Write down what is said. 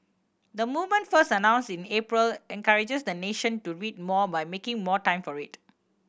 the movement first announce in April encourages the nation to read more by making more time for it